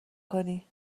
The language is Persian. کنی